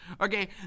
okay